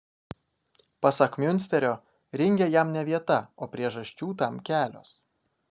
pasak miunsterio ringe jam ne vieta o priežasčių tam kelios